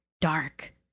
dark